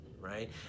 Right